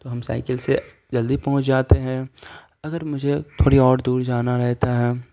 تو ہم سائیکل سے جلدی پہنچ جاتے ہیں اگر مجھے تھوڑی اور دور جانا رہتا ہے